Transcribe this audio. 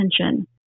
attention